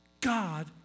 God